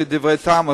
שאלה דברי טעם,